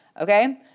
okay